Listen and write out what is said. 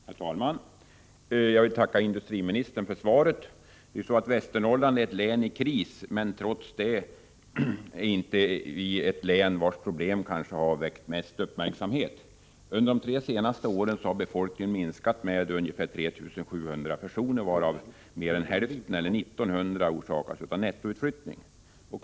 Herr talman! Jag vill tacka industriministern för svaret. Västernorrlands län är ett län i kris men trots det inte ett län vars problem väckt mest uppmärksamhet. Under de tre senaste åren har befolkningen minskat med ungefär 3 700 personer, varav drygt hälften eller ungefär 1 900 personer hänför sig till en nettoutflyttning från länet.